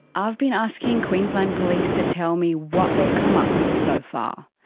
i've been asking queensland police to tell me what they've come up with so far.